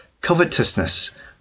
covetousness